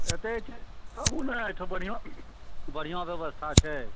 एतै छी कहू ने एहिठाम बढ़िआँ बढ़िआँ बेवस्था छै